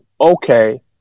okay